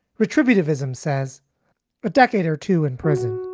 retributive ism says a decade or two in prison